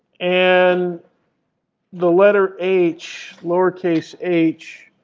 and the letter h, lowercase h,